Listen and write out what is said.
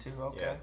okay